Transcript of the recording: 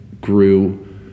grew